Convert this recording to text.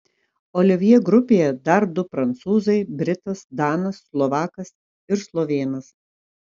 olivjė grupėje dar du prancūzai britas danas slovakas ir slovėnas